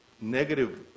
negative